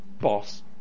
boss